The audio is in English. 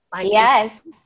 Yes